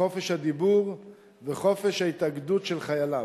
חופש הדיבור וחופש ההתאגדות של חייליו.